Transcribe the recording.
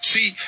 See